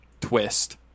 twist